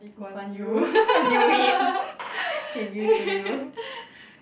Lee Kuan Yew